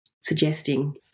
suggesting